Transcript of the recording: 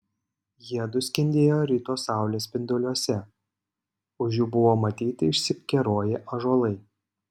jiedu skendėjo ryto saulės spinduliuose už jų buvo matyti išsikeroję ąžuolai